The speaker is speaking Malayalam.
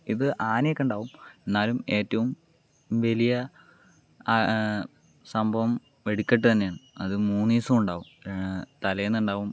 ഇത് ആനയൊക്കെ ഉണ്ടാവും എന്നാലും ഏറ്റവും വലിയ സംഭവം വെടിക്കെട്ട് തന്നെയാണ് അത് മൂന്നുദിവസമുണ്ടാവും തലേന്ന് ഉണ്ടാവും